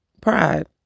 Pride